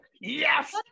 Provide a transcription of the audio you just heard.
Yes